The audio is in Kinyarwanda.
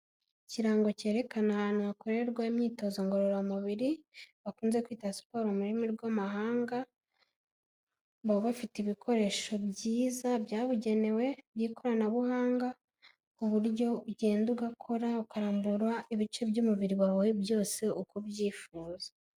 Ikirango cyerekana ahantu hakorerwa imyitozo ngororamubiri, bakunze kwita siporo murimi rw'amahanga, baba bafite ibikoresho byiza, byabugenewe by'ikoranabuhanga ku buryo ugenda ugakora, ukambura ibice by'umubiri wawe byose uko ubyifuza.